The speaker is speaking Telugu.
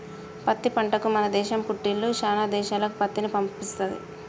పత్తి పంటకు మన దేశం పుట్టిల్లు శానా దేశాలకు పత్తిని పంపిస్తది